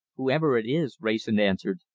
whoever it is, wrayson answered,